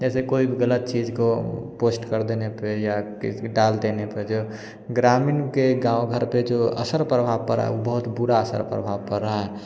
जैसे कोई भी गलत चीज़ को पोस्ट कर देने पर या केसी भी डाल देने पर जो ग्रामीण के गाँव घर पर जो असर प्रभाव पड़ा है बहुत बुरा असर प्रभाव पड़ा है